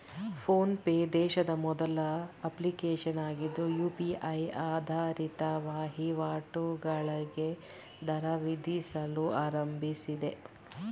phone pay ದೇಶದ ಮೊದಲ application ಆಗಿದ್ದು ಯು.ಪಿ.ಐ ಆಧಾರಿತ ವಹಿವಾಟುಗಳಿಗೆ ದರ ವಿಧಿಸಲು ಆರಂಭಿಸಿದೆ